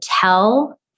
tell